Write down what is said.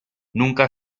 nunca